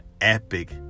epic